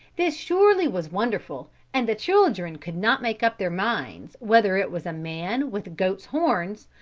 this surely was wonderful, and the children could not make up their minds whether it was a man with goat's horns,